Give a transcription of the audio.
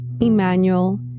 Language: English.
Emmanuel